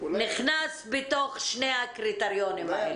נכנס בתוך שני הקריטריונים האלה.